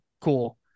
cool